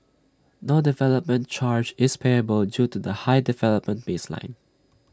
no development charge is payable due to the high development baseline